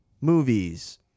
movies